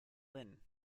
lynn